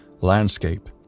landscape